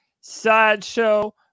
Sideshow